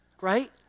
right